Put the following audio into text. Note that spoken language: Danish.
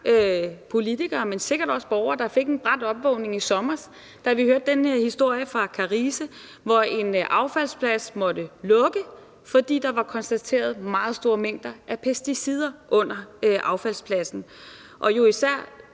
politikere, men sikkert også mange borgere, der fik en brat opvågning i sommer, da vi hørte den her historie fra Karise, hvor en affaldsplads måtte lukke, fordi der var konstateret meget store mængder af pesticider under affaldspladsen. Og det var